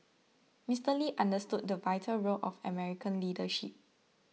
Mister Lee understood the vital role of American leadership